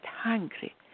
hungry